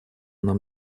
нам